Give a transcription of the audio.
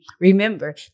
remember